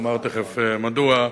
ואומר תיכף מדוע,